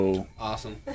Awesome